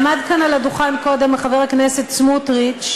עמד כאן על הדוכן קודם חבר הכנסת סמוּטריץ,